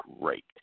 great